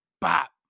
bop